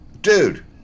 dude